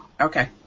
okay